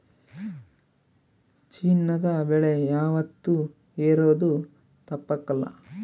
ಚಿನ್ನದ ಬೆಲೆ ಯಾವಾತ್ತೂ ಏರೋದು ತಪ್ಪಕಲ್ಲ